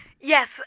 Yes